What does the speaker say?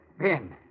Ben